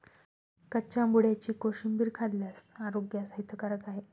कच्च्या मुळ्याची कोशिंबीर खाल्ल्यास आरोग्यास हितकारक आहे